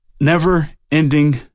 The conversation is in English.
never-ending